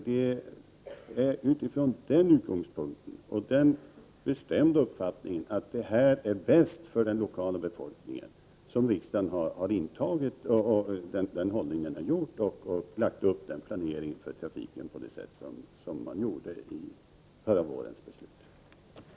Det är utifrån den utgångspunkten och den bestämda uppfattningen att detta är det bästa för den lokala befolkningen som riksdagen har gjort sitt ställningstagande och fastlagt trafikplaneringen på det sätt som riksdagen gjorde genom beslut förra våren. bindelser till och från Uddevalla